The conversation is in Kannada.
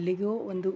ಎಲ್ಲಿಗೋ ಒಂದು